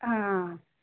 हाँ